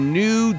new